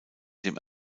dem